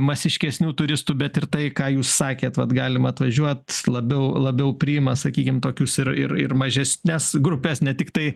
masiškesnių turistų bet ir tai ką jūs sakėt vat galim atvažiuot labiau labiau priima sakykim tokius ir ir mažesnes grupes ne tiktai